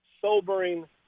sobering